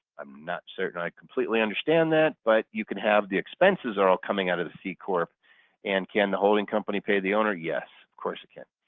i'm not certain i completely understand that but you could have the expenses all coming out of the c-corp and can the holding company pay the owner? yes, of course it can.